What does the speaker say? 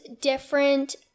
different